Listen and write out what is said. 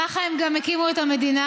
ככה הם גם הקימו את המדינה,